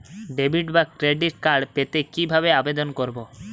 Debit বা credit card পেতে কি ভাবে আবেদন করব?